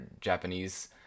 Japanese